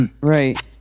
Right